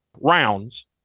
rounds